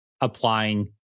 applying